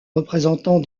représentants